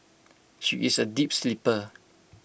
she is A deep sleeper